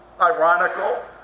ironical